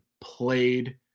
played